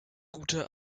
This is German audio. gute